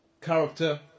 character